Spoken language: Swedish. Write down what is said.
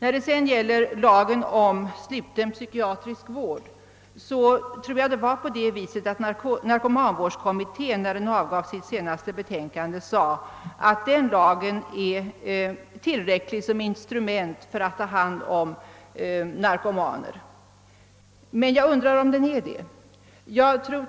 Beträffande lagen om sluten psykiatrisk vård vill jag minnas att narkomanvårdskommittén, när den avgav sitt senaste betänkande, framhöll att den lagen är tillräcklig som instrument för att ta hand om narkomaner. Jag undrar emellertid om den är det.